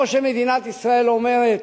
או שמדינת ישראל אומרת: